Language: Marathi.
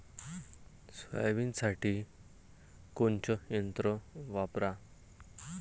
सोयाबीनसाठी कोनचं यंत्र वापरा?